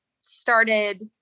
started